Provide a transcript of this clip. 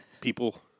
people